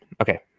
Okay